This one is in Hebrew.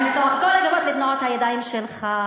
עם כל הכבוד לתנועות הידיים שלך,